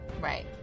Right